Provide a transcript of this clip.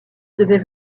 devaient